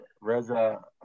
Reza